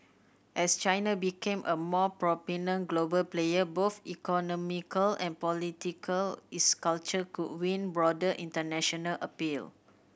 as China became a more prominent global player both economical and political its culture could win broader international appeal